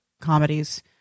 comedies